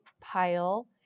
pile